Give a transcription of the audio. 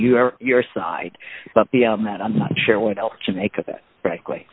or your side but beyond that i'm not sure what else to make of it frankly